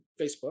Facebook